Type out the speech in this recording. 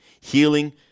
Healing